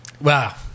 Wow